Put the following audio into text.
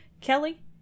Kelly